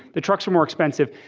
the trucks are more expensive.